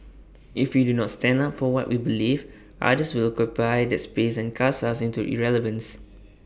if we do not stand up for what we believe others will occupy that space and cast us into irrelevance